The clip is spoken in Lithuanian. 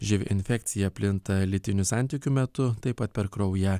živ infekcija plinta lytinių santykių metu taip pat per kraują